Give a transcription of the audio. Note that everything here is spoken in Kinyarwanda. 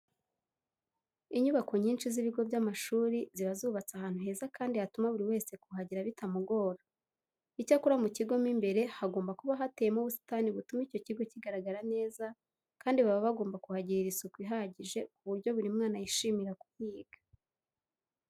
Inyubako nyinshi z'ibigo by'amashuri ziba zubatse ahantu heza kandi hatuma buri wese kuhagera bitamugora. Icyakora mu kigo mo imbere hagomba kuba hateyemo ubusitani butuma icyo kigo kigaragara neza kandi baba bagomba kuhagirira isuku ihagije ku buryo buri mwana yishimira kuhiga.